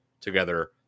together